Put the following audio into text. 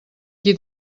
qui